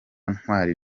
ntwari